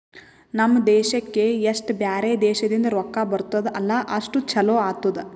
ನಮ್ ದೇಶಕ್ಕೆ ಎಸ್ಟ್ ಬ್ಯಾರೆ ದೇಶದಿಂದ್ ರೊಕ್ಕಾ ಬರ್ತುದ್ ಅಲ್ಲಾ ಅಷ್ಟು ಛಲೋ ಆತ್ತುದ್